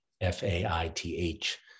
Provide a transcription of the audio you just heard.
F-A-I-T-H